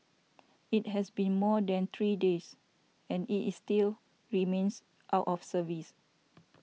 it has been more than three days and it is still remains out of service